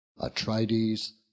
Atrides